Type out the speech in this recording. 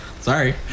Sorry